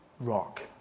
rock